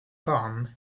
bomb